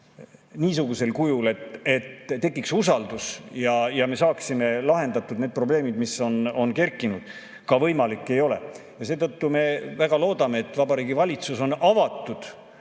niisugusel kujul, et tekiks usaldus ja me saaksime lahendatud need probleemid, mis on kerkinud, ka võimalik ei ole. Seetõttu me väga loodame, et Vabariigi Valitsus on avatud